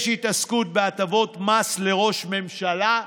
יש התעסקות בהטבות מס לראש ממשלה,